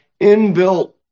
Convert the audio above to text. inbuilt